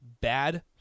bad